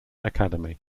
academy